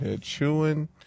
chewing